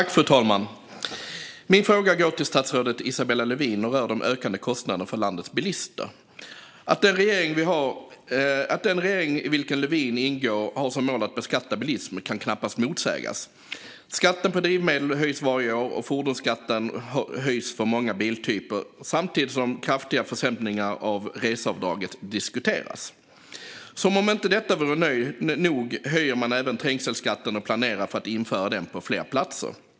Fru talman! Min fråga går till statsrådet Isabella Lövin och rör de ökande kostnaderna för landets bilister. Att den regering i vilken Lövin ingår har som mål att beskatta bilism kan knappast motsägas. Skatten på drivmedel höjs varje år, och fordonsskatten höjs för många biltyper samtidigt som kraftiga försämringar av reseavdraget diskuteras. Som om inte detta vore nog höjer man även trängselskatten och planerar för att införa den på fler platser.